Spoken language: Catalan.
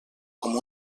com